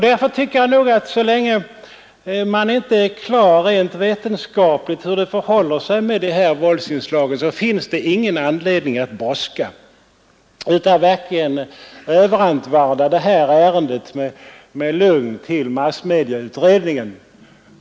Därför tycker jag nog att så länge det inte rent vetenskapligt är klarlagt hur det förhåller sig med våldsinslagen, finns det heller ingen anledning att brådska, utan lugnt överantvarda detta ärende till massmedieutredningen.